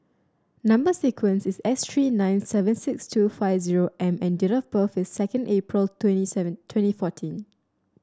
number sequence is S three nine seven six two five zero M and date of birth is second April twenty seven twenty fourteen